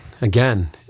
Again